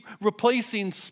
replacing